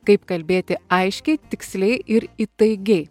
kaip kalbėti aiškiai tiksliai ir įtaigiai